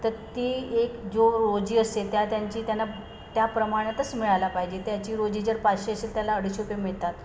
तर ती एक जी रोजी असते त्या त्यांची त्यांना त्या प्रमाणातच मिळाला पाहिजे त्याची रोजी जर पाचशे असेल त्याला अडीचशे रुपये मिळतात